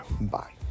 Bye